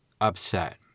upset